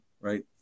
right